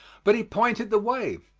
but he pointed the way.